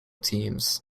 teams